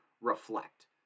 reflect